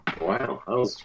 Wow